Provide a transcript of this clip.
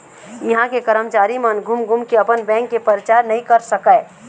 इहां के करमचारी मन घूम घूम के अपन बेंक के परचार नइ कर सकय